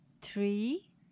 three